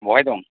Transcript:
बहाय दं